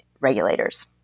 regulators